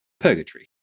purgatory